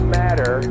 matter